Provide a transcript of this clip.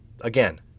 again